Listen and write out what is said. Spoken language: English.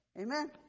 Amen